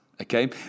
okay